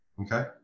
okay